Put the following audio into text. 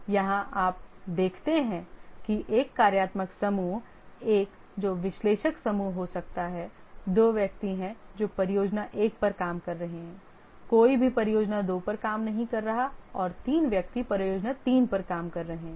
आप यहाँ देखते हैं कि कार्यात्मक समूह एक जो विश्लेषक समूह हो सकता है दो व्यक्ति हैं जो परियोजना 1 पर काम कर रहे हैं कोई भी परियोजना 2 पर काम नहीं कर रहा है और 3 व्यक्ति परियोजना 3 पर काम कर रहे हैं